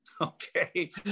okay